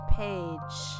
page